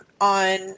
on